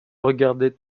regardais